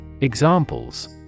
Examples